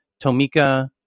Tomika